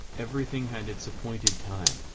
everything had its appointed time,